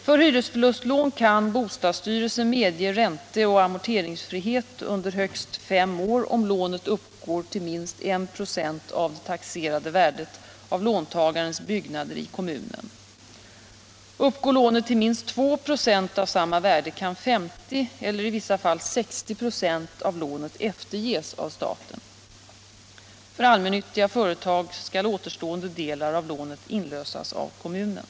För hyresförlustlån kan bostadsstyrelsen medge ränteoch amorteringsfrihet under högst fem år om lånet uppgår till minst 1 96 av det taxerade värdet av låntagarens byggnader i kommunen. Uppgår lånet till minst 2 96 av samma värde kan 50 eller i vissa fall 60 96 av lånet efterges av staten. För allmännyttiga företag skall återstående delar av lånet inlösas av kommunen.